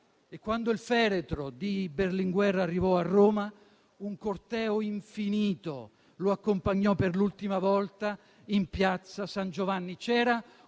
E quando il feretro di Berlinguer arrivò a Roma, un corteo infinito lo accompagnò per l'ultima volta in Piazza San Giovanni.